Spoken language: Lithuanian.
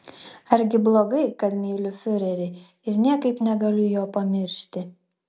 argi blogai kad myliu fiurerį ir niekaip negaliu jo pamiršti